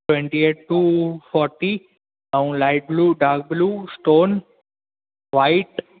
twenty eight to forty ऐं light blue dark blue stone white